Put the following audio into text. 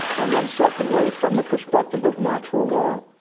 and then, secondly, from the perspective of natural law,